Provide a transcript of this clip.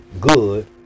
good